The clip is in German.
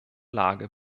lage